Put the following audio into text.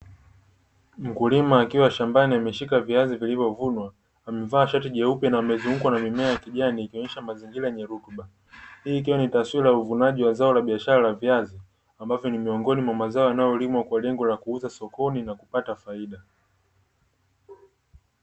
Mkulima akiwa shambani ameshika viazi vilivyovunwa, amevaa shati jeupe na amezungukwa na mimea ya kijani ikionyesha mazingira yenye rutuba, hii ikiwa ni taswira ya uvunaji wa zao la biashara la viazi, ambapo ni miongoni mwa mazao yanayolimwa kwa lengo la kuuza sokoni na kupata faida.